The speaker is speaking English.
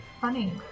funny